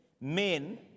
Men